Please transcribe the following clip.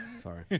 Sorry